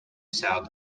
south